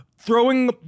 throwing